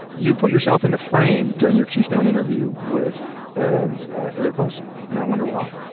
you put yourself in the frame during your keystone interview with ah eric olson, and i wonder why?